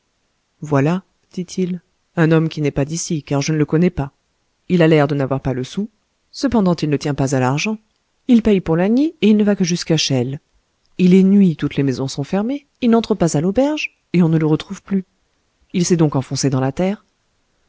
voilà dit-il un homme qui n'est pas d'ici car je ne le connais pas il a l'air de n'avoir pas le sou cependant il ne tient pas à l'argent il paye pour lagny et il ne va que jusqu'à chelles il est nuit toutes les maisons sont fermées il n'entre pas à l'auberge et on ne le retrouve plus il s'est donc enfoncé dans la terre